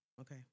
okay